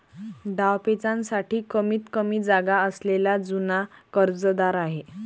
डावपेचांसाठी कमीतकमी जागा असलेला जुना कर्जदार आहे